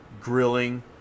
grilling